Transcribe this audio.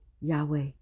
Yahweh